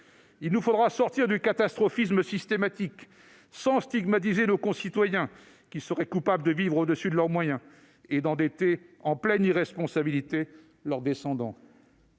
Il nous faudra sortir du catastrophisme systématique, sans stigmatiser nos concitoyens qui seraient coupables de vivre au-dessus de leurs moyens et d'endetter leurs descendants,